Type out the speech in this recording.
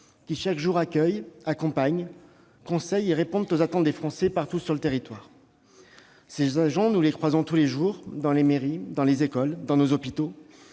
Chaque jour, ils accueillent, accompagnent, conseillent et répondent aux attentes des Français, partout sur le territoire. Ces agents, nous les croisons tous les jours : dans les mairies, dans les écoles, dans nos hôpitaux.